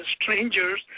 strangers